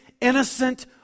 innocent